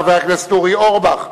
חבר הכנסת אורי אורבך,